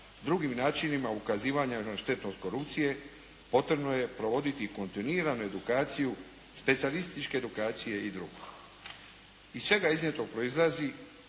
drugim načinima ukazivanja na štetnost korupcije potrebno je provoditi kontinuiranu edukaciju, specijalističke edukacije i drugo. Iz svega iznijetog proizlazi